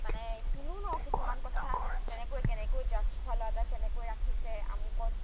মানে শুনো ন কিছুমান কথা তেনেকৈ কেনেকৈ ড্ৰাগছ খোৱা ল'ৰা এটাক কেনেকৈ ৰাখিছে আমুকত